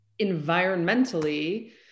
environmentally